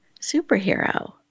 superhero